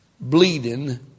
bleeding